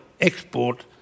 export